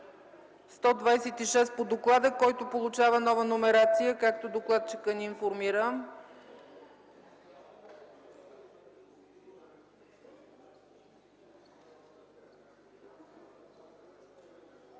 126 по доклада, който получава нова номерация, както докладчикът ни информира.